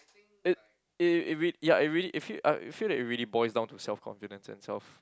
it it re~ ya it really it feel uh it feel that it really boils down to self confidence and self